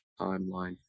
timeline